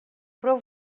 prou